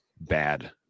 bad